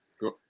Go